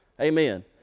Amen